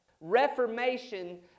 reformation